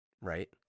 right